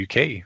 UK